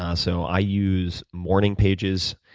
um so i use morning pages.